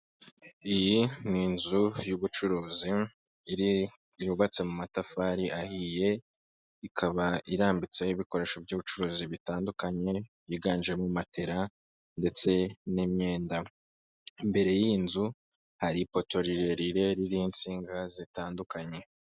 Iyi ni inzu y'ubucuruzi yubatse mu matafari ahiye, ikaba irambitseho ibikoresho by'ubucuruzi bitandukanye, byiganjemo matera ndetse n'imyenda, imbere y'iyi nzu hari ipoto rirerire ririho insinga zitandukanye.